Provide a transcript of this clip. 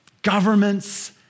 Governments